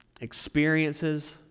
experiences